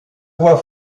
voix